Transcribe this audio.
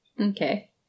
Okay